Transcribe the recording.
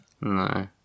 No